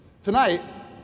Tonight